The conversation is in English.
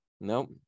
nope